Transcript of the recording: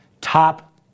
top